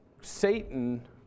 Satan